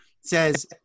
says